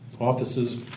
offices